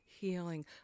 healing